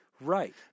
right